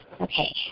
Okay